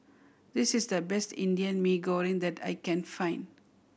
this is the best Indian Mee Goreng that I can find